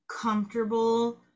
comfortable